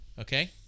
Okay